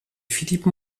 philippe